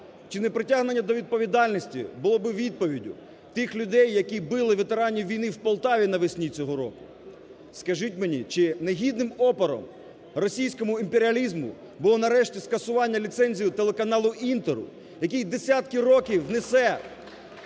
Чи непритягнення до відповідальності було би відповіддю тих людей, які били ветеранів війни в Полтаві на весні цього року? Скажіть мені, чи не гідним опором російському імперіалізму було нарешті скасування ліцензії телеканалу "Інтер", який десятки років несе